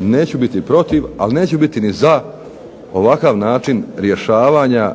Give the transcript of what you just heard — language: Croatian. neću biti protiv ali neću biti niti za ovakav način rješavanja